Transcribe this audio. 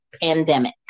pandemic